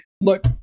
Look